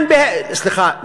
סליחה,